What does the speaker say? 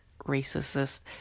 racist